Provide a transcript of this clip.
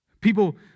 People